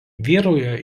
vyrauja